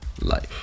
Life